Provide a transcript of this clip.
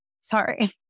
Sorry